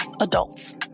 adults